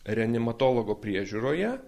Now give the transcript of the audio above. reanimatologo priežiūroje